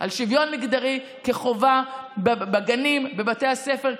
לשוויון מגדרי כחובה בגנים ובבתי הספר,